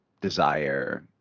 desire